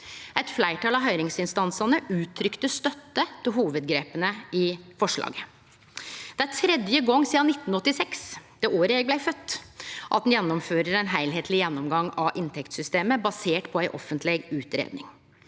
Eit fleirtal av høyringsinstansane uttrykte støtte til hovudgrepa i forslaget. Det er tredje gong sidan 1986 – det året eg blei fødd – at ein gjennomfører ein heilskapleg gjennomgang av inntektssystemet basert på ei offentleg utgreiing.